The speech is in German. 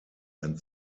ein